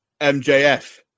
MJF